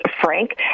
Frank